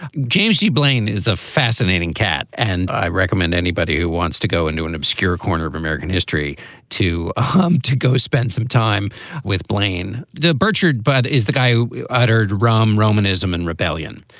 james g. blaine is a fascinating cat. and i recommend anybody who wants to go into an obscure corner of american history to ah um to go spend some time with blaine, the butchered. but is the guy who uttered rahm roman ism and rebellion.